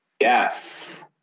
Yes